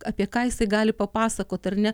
apie ką jisai gali papasakot ar ne